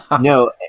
No